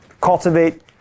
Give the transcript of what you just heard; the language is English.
Cultivate